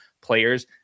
players